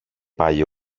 πάλι